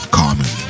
common